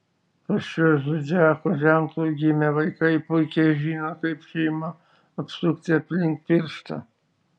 po šiuo zodiako ženklu gimę vaikai puikiai žino kaip šeimą apsukti aplink pirštą